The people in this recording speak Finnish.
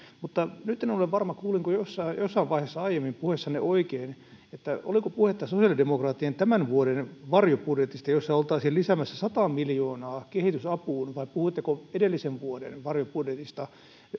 mutta nyt en ole varma kuulinko jossain jossain vaiheessa aiemmin puhuessanne oikein että oliko puhetta sosiaalidemokraattien tämän vuoden varjobudjetista jossa oltaisiin lisäämässä sata miljoonaa kehitysapuun vai puhuitteko edellisen vuoden varjobudjetista